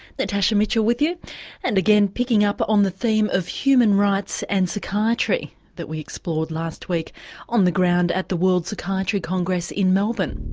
natasha mitchell with you and again picking up on the theme of human rights and psychiatry that we explored last week on the ground at the world psychiatry congress in melbourne.